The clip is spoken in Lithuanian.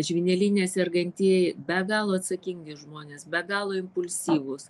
žvyneline sergantieji be galo atsakingi žmonės be galo impulsyvūs